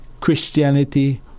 Christianity